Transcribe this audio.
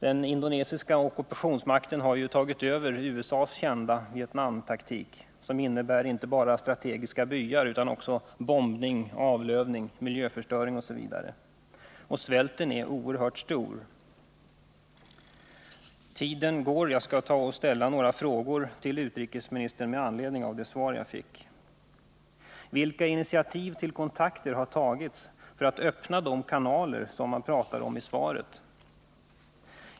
Den indonesiska ockupationsmakten har tagit över USA:s kända Vietnamtaktik, som innebär inte bara strategiska byar utan också bombning, avlövning, miljöförstöring osv. Svälten är oerhört stor. Jag skall ställa några frågor till utrikesministern med anledning av svaret jag fick: Vilka initiativ till kontakter har tagits för att öppna de kanaler som nämns i svaret?